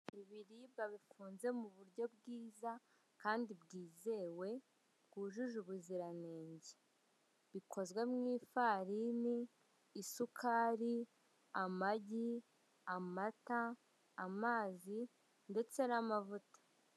Ibiribwa bifunze mu buryo bwiza kandi bwizewe, bwujuje ubuziranenge. Bikozwe mu ifarini, isukari, amagi, amata, amazi, ndetse n'amavuta.